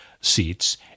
seats—